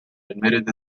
admitted